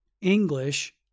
English